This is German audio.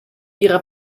ihrer